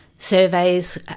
Surveys